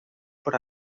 por